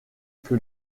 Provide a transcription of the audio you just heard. que